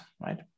right